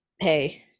hey